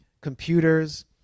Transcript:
computers